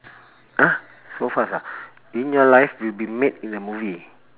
!huh! so fast ah in your life you've been made in a movie